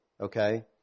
okay